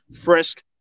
frisk